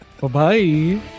Bye-bye